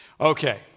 Okay